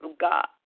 God